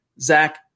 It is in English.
Zach